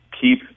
keep